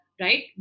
right